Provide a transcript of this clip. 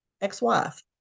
ex-wife